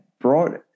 brought